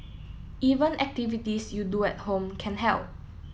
even activities you do at home can help